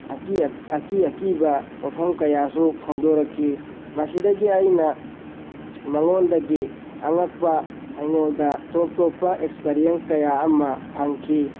ꯑꯀꯤ ꯑꯀꯤꯕ ꯋꯥꯐꯝ ꯀꯌꯥꯁꯨ ꯐꯣꯡꯗꯣꯔꯛꯈꯤ ꯃꯁꯤꯗꯒꯤ ꯑꯩꯅ ꯃꯉꯣꯟꯗꯒꯤ ꯑꯉꯛꯄ ꯑꯩꯉꯣꯟꯗ ꯇꯣꯞ ꯇꯣꯞꯄ ꯑꯦꯛꯁꯄꯤꯔꯤꯌꯦꯟꯁ ꯀꯌꯥ ꯑꯃ ꯐꯪꯈꯤ